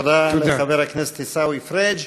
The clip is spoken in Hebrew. תודה לחבר הכנסת עיסאווי פריג'.